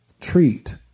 treat